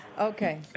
Okay